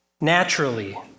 naturally